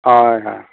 অ' হয় হয়